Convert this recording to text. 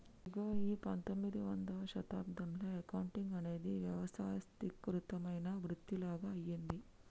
ఇగో ఈ పందొమ్మిదవ శతాబ్దంలో అకౌంటింగ్ అనేది వ్యవస్థీకృతమైన వృతిలాగ అయ్యింది